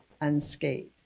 unscathed